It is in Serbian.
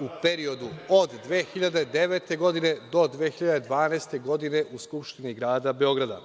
u periodu od 2009. godine do 2012. godine u Skupštini grada Beograda,